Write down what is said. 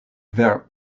vers